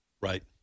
Right